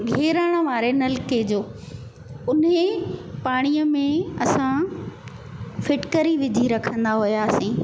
घेरण वारे नलिके जो उने पाणीअ में असां फिटकरी विझी रखंदा हुयासीं